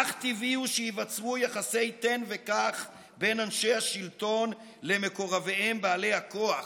אך טבעי הוא שייווצרו יחסי תן וקח בין אנשי השלטון למקורביהם בעלי הכוח,